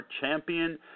champion